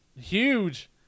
huge